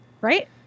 Right